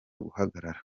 guhagarara